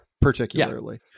particularly